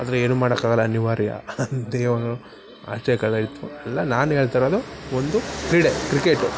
ಆದರೆ ಏನೂ ಮಾಡೋಕ್ಕಾಗೋಲ್ಲ ಅನಿವಾರ್ಯ ದೇವವೂ ಅಷ್ಟೇ ಅಲ್ಲ ನಾನು ಹೇಳ್ತಾಯಿರೋದು ಒಂದು ಕ್ರೀಡೆ ಕ್ರಿಕೆಟು